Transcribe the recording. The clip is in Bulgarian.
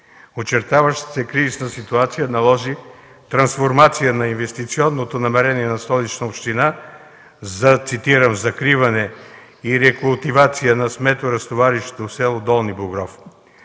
Очертаващата се кризисна ситуация наложи трансформация на инвестиционното намерение на Столичната община, цитирам: „За закриване и рекултивация на сметоразтоварището в с. Долни Богров”.